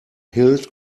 hilt